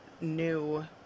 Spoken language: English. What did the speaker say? new